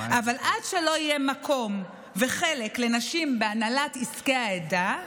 אבל עד שלא יהיה מקום וחלק גם לנשים בהנהלת עסקי העדה,